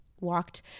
walked